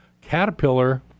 Caterpillar